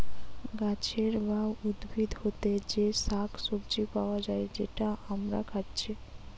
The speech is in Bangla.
গাছের বা উদ্ভিদ হোতে যে শাক সবজি পায়া যায় যেটা আমরা খাচ্ছি